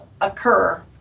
occur